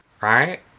Right